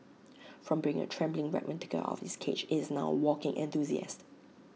from being A trembling wreck when taken out of its cage IT is now A walking enthusiast